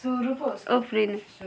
उफ्रिनु